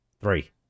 Three